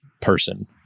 person